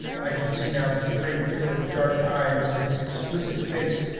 i can see now his great, liquid, dark eyes, and his exquisite face,